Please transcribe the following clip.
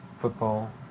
football